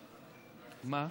מה?